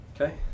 Okay